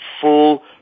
full